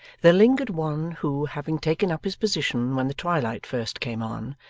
there lingered one, who, having taken up his position when the twilight first came on,